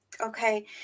Okay